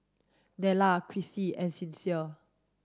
Nella Krissy and Sincere